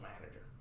manager